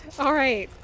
all right